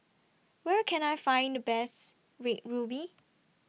Where Can I Find The Best Red Ruby